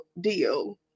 deal